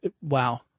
Wow